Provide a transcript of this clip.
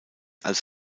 als